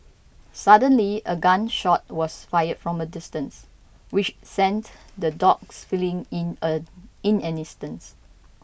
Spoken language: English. suddenly a gun shot was fired from a distance which sent the dogs fleeing in a in an instance